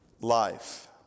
life